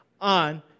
on